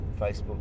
Facebook